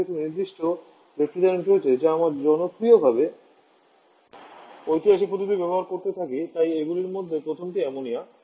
তবে কিছু নির্দিষ্ট রেফ্রিজারেন্ট রয়েছে যা আমরা জনপ্রিয়ভাবে ঐতিহাসিক পদ্ধতি ব্যবহার করতে থাকি তাই এগুলির মধ্যে প্রথমটি অ্যামোনিয়া